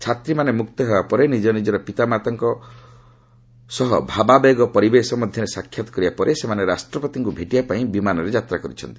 ଛାତ୍ରୀମାନେ ମୁକ୍ତ ହେବା ପରେ ନିଜ ନିଜର ପିତାମାତାଙ୍କ ଭାବାବେଗ ପରିବେଶ ମଧ୍ୟରେ ସାକ୍ଷାତ୍ କରିବା ପରେ ସେମାନେ ରାଷ୍ଟ୍ରପତିଙ୍କ ଭେଟିବାପାଇଁ ବିମାନରେ ଯାତା କରିଛନ୍ତି